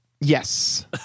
Yes